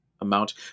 amount